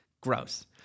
Gross